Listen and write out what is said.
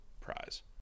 prize